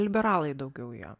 liberalai daugiau jo